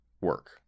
work